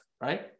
right